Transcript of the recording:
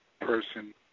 person